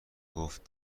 گفت